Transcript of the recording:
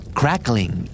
crackling